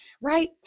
right